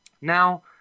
Now